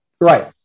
Right